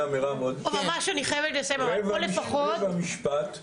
רבע משפט ללייזר,